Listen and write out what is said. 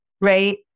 Right